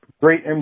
Great